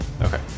Okay